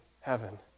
heaven